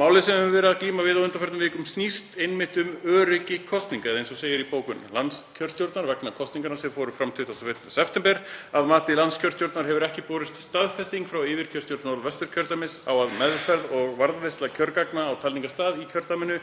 Málið sem við höfum verið að glíma við á undanförnum vikum snýst einmitt um öryggi kosninga eða eins og segir í bókun landskjörstjórnar vegna kosninganna sem fóru fram 20. september: „Að mati landskjörstjórnar hefur ekki borist staðfesting frá yfirkjörstjórn Norðvesturkjördæmis á að meðferð og varðveisla kjörgagna á talningarstað í kjördæminu